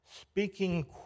speaking